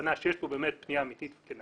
למסקנה שיש פה באמת פנייה אמיתית וכנה,